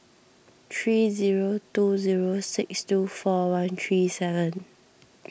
three zero two zero six two four one three seven